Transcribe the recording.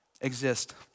exist